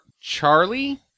Charlie